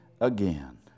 again